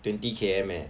twenty K_M eh